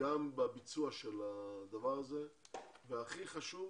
גם בביצוע הדבר הזה והכי חשוב